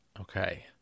Okay